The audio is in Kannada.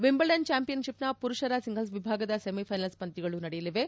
ವಿಂಬಲ್ಡನ್ ಚಾಂಪಿಯನ್ಶಿಪ್ನ ಪುರುಷರ ಸಿಂಗಲ್ಸ್ ವಿಭಾಗದ ಸೆಮಿಥೈನಲ್ಸ್ ಪಂದ್ಯಗಳು ನಡೆಯಲಿವೆ